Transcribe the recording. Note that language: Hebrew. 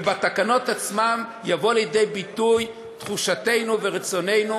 ובתקנות עצמן יבואו לידי ביטוי תחושתנו ורצוננו